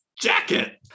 jacket